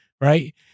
right